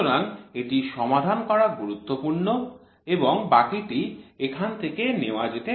সুতরাং এটি সমাধান করা গুরুত্বপূর্ণ এবং বাকীটি এখান থেকে নেওয়া হয়েছে